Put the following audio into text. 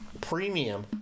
premium